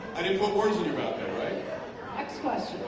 i didn't put words in your mouth right next question